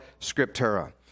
scriptura